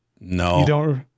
No